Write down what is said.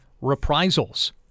reprisals